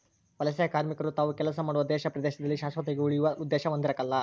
ವಲಸೆಕಾರ್ಮಿಕರು ತಾವು ಕೆಲಸ ಮಾಡುವ ದೇಶ ಪ್ರದೇಶದಲ್ಲಿ ಶಾಶ್ವತವಾಗಿ ಉಳಿಯುವ ಉದ್ದೇಶ ಹೊಂದಿರಕಲ್ಲ